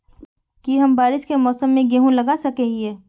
की हम बारिश के मौसम में गेंहू लगा सके हिए?